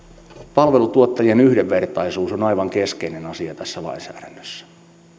palveluntuottajien yhdenvertaisuus on aivan keskeinen asia tässä lainsäädännössä